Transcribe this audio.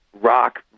rock